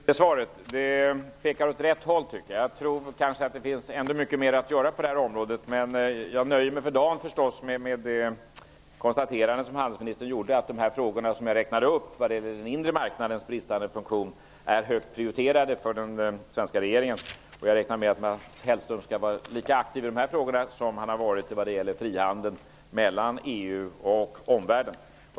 Fru talman! Jag vill tacka handelsministern för svaret. Det pekar åt rätt håll. Jag tror ändå att det finns mycket mer att göra på området, men jag nöjer mig för dagen förstås med det konstaterande som handelsministern gjorde om att de frågor jag räknade upp vad gäller den inre marknadens bristande funktion är högt prioriterade för den svenska regeringen. Jag räknar med att Mats Hellström skall vara lika aktiv i dessa frågor som han har varit vad gäller frihandeln mellan EU om omvärlden.